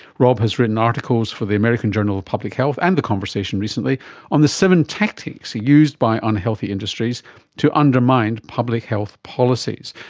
rob has written articles for the american journal of public health and the conversation recently on the seven tactics used by unhealthy industries to undermine public health policies.